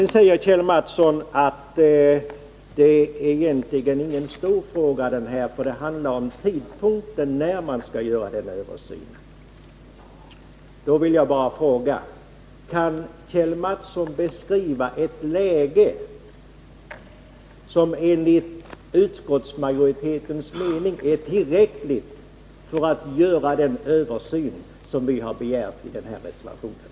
Nu säger Kjell Mattsson att det här egentligen inte är någon stor fråga, eftersom den handlar om tidpunkten när man skall göra denna översyn. Jag vill bara fråga: Kan Kjell Mattsson beskriva ett läge som enligt utskottsmajoritetens mening är tillräckligt allvarligt för att man skall göra den översyn som vi har begärt i reservationen?